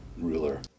ruler